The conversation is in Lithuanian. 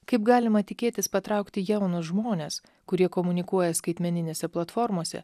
kaip galima tikėtis patraukti jaunus žmones kurie komunikuoja skaitmeninėse platformose